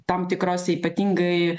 tam tikras ypatingai